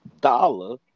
dollar